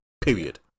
Period